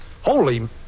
holy